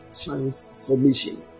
transformation